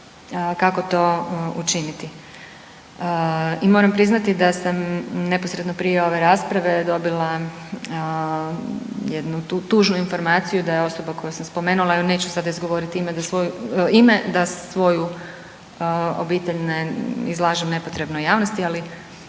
kako to učiniti i moram priznati da sam neposredno prije ove rasprave dobila jednu tužnu informaciju da je osoba koju sam spomenula ju neću sada izgovoriti ime, da svoju obitelj ne izlažem nepotrebnoj javnosti, ali